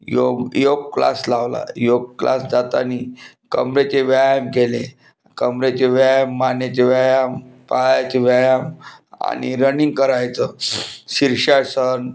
योग योग क्लास लावला योग क्लास जाताना कमरेचे व्यायाम केले कमरेचे व्यायाम मानेचे व्यायाम पायाचे व्यायाम आणि रनिंग करायचं शीर्षासन